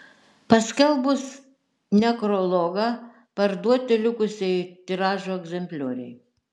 paskelbus nekrologą parduoti likusieji tiražo egzemplioriai